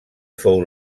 fou